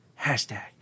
hashtag